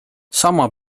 sama